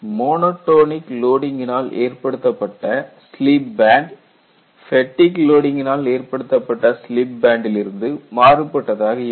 monotonic லோடிங்கினால் ஏற்படுத்தப்பட்ட slip band fatigue லோடிங்கினால் ஏற்படுத்தப்பட்ட ஸ்லீப் பேண்ட் டிலிருந்து மாறுபட்டதாக இருக்கும்